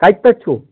کتہِ پٮ۪ٹھ چھُو